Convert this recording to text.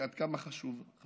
עד כמה חשובה לך